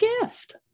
gift